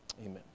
Amen